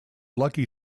lucky